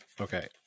Okay